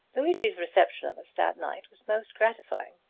luigi's reception of us that night was most gratifying.